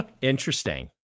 interesting